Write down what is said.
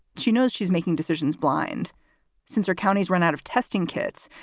she knows she's making decisions blind since her counties run out of testing kits.